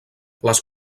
les